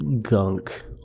gunk